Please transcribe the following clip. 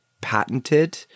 patented